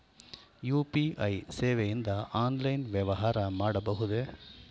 UPI ಸೇವೆಯಿಂದ online ವ್ಯವಹಾರ ಮಾಡಬಹುದೇ?